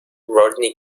rodney